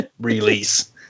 release